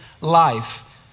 life